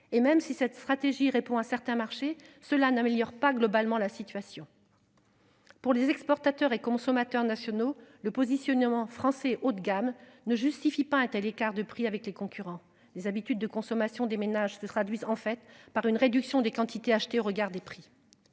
et même si cette stratégie répond à certains marchés cela n'améliore pas globalement la situation. Pour les exportateurs et consommateurs nationaux le positionnement français haut de gamme ne justifie pas un tel écart de prix avec les concurrents les habitudes de consommation des ménages se traduisent en fait par une réduction des quantités achetées au regard des prix.